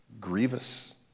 grievous